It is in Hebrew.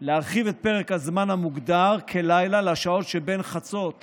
ולהרחיב את פרק הזמן המוגדר כלילה לשעות שבין 24.00